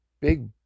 big